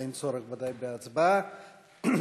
אין צורך בהצבעה, ודאי.